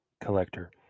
Collector